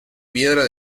piedra